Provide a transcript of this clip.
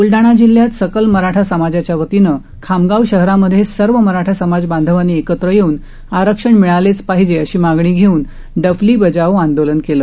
बूलडाणा जिल्ह्यात सकल मराठा समाजाच्या वतीनं खामगाव शहरामध्ये सर्व मराठा समाज बांधवांनी एकत्र येऊन आरक्षण मिळालेच पाहिजे अशी मागणी घेऊन डफली बजाओ आंदोलन केलं